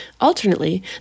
Alternately